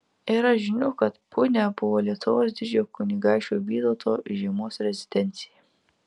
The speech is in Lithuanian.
yra žinių kad punia buvo lietuvos didžiojo kunigaikščio vytauto žiemos rezidencija